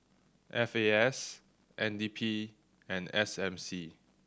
F A S N D P and S M C